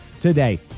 Today